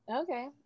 Okay